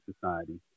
society